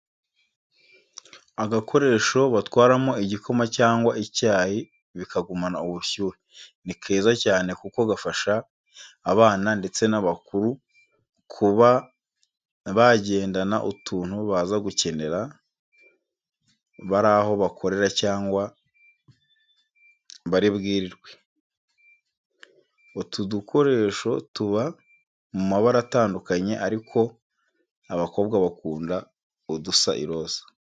Agakoresho batwaramo igikoma cyangwa icyayi bikagumana ubushyuhe, ni keza cyane kuko gafasha abana ndetse n'abakuru kuba bagendana utuntu baza gukenera, bari aho bakorera cyangwa bari bwiriwe. Utu dukoresha tuba mu mabara atandukanye ariko abakobwa bakunda udusa iroza.